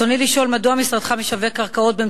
רצוני לשאול: מדוע משווק משרדך קרקעות בראש-העין,